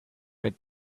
read